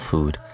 Food